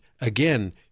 again